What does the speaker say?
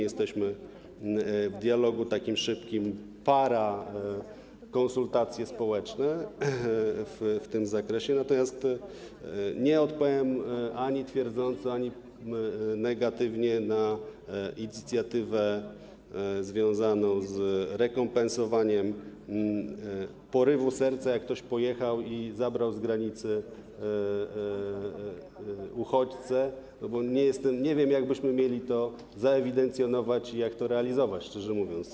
Jesteśmy w takim szybkim dialogu, są parakonsultacje społeczne w tym zakresie, natomiast nie odpowiem ani twierdząco, ani negatywnie na inicjatywę związaną z rekompensowaniem porywu serca, jak ktoś pojechał i zabrał z granicy uchodźcę, bo nie jestem... nie wiem, jak byśmy mieli to zaewidencjonować i jak to realizować, szczerze mówiąc.